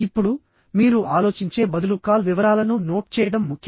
ఇప్పుడు మీరు ఆలోచించే బదులు కాల్ వివరాలను నోట్ చేయడం ముఖ్యం